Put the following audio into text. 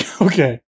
Okay